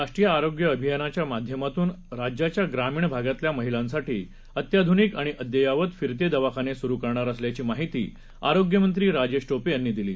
राष्ट्रीयआरोग्यअभियानाच्यामाध्यमातूनराज्याच्याप्रामीणभागातल्यामहिलांसाठीअत्याधुनिकआणिअद्ययावतफिरतेदवाखानेसुरू करणारअसल्याचीमाहितीआरोग्यमंत्रीराजेशटोपेयांनीदिली